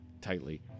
tightly